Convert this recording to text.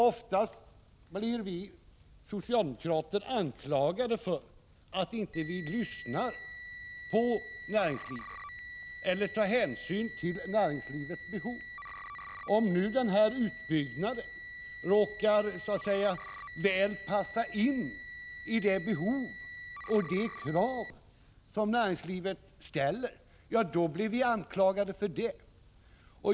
Oftast blir vi socialdemokrater anklagade för att vi inte lyssnar på näringslivet eller tar hänsyn till näringslivets behov. Om nu den här utbyggnaden råkar passa väl in i de behov och de krav som näringslivet ställer, då blir vi anklagade för det.